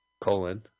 Colon